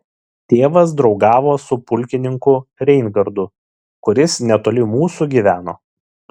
tėvas draugavo su pulkininku reingardu kuris netoli mūsų gyveno